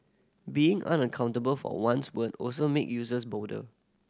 being unaccountable for one's word also make users bolder